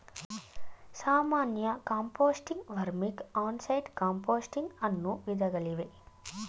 ಸಾಮಾನ್ಯ composting, vermic, on site composting ಅನ್ನೂ ವಿಧಗಳಿವೆ